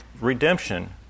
redemption